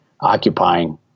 occupying